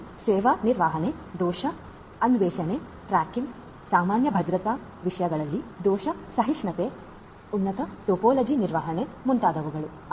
ನಿರ್ವಹಣೆ ಸೇವಾ ನಿರ್ವಹಣೆ ದೋಷ ಅನ್ವೇಷಣೆ ಟ್ರ್ಯಾಕಿಂಗ್ ಸಾಮಾನ್ಯ ಭದ್ರತಾ ವಿಷಯಗಳಲ್ಲಿ ದೋಷ ಸಹಿಷ್ಣುತೆ ಉನ್ನತ ಟೋಪೋಲಜಿ ನಿರ್ವಹಣೆ ಮುಂತಾದವುಗಳು